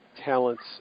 talents